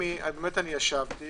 - השבתי